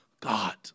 God